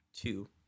Two